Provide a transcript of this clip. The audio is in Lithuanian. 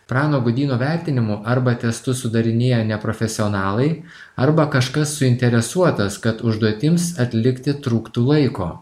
prano gudyno vertinimu arba testus sudarinėja neprofesionalai arba kažkas suinteresuotas kad užduotims atlikti trūktų laiko